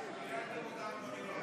אותנו בוועדות.